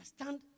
understand